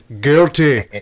Guilty